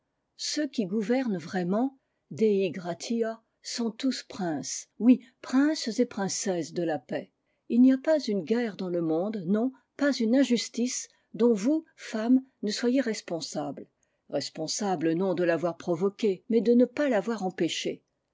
ceux qui gouvernent vraiment dei gratia sont tous princes oui princes et princesses de la paix il n'y a pas une guerre dans le monde non pas une injustice dont vous femmes ne j soyez responsables responsables non de l'avoir provoquée mais de ne pas l'avoir empêchée